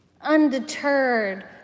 Undeterred